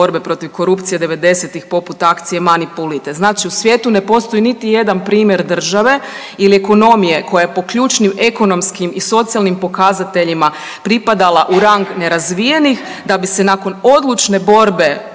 korupcije 90-ih poput akcije „Mani pulite“. Znači u svijetu ne postoji niti jedan primjer države ili ekonomije koja je po ključnim ekonomskim i socijalnim pokazateljima pripadala u rang nerazvijenih, da bi se nakon odlučne borbe